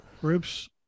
Groups